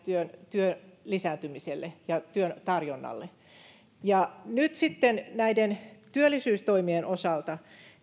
työn lisääntymiselle ja työn tarjonnalle nyt sitten näiden työllisyystoimien osalta